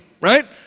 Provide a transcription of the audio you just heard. right